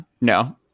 No